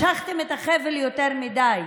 משכתם את החבל יותר מדי.